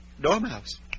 Dormouse